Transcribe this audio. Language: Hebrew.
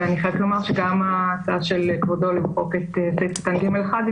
ואני חייבת לומר שגם ההצעה של כבודו למחוק את סעיף קטן (ג1) היא,